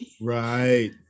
right